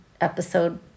episode